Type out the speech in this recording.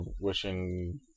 wishing